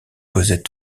cosette